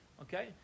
okay